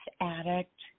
addict